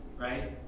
right